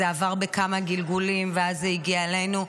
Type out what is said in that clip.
זה עבר בכמה גלגולים ואז זה הגיע אלינו,